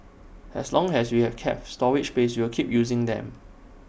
as long as we have cat storage space we will keep using them